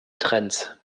trends